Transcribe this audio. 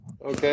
Okay